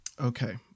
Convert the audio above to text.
Okay